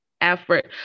effort